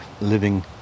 living